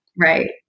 Right